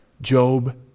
Job